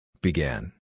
Began